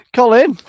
Colin